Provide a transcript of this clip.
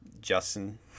Justin